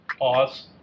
Pause